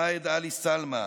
ראאד עלי סאלמה,